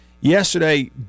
yesterday